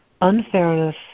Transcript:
Unfairness